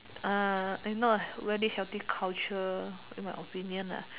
uh not very healthy culture in my opinion lah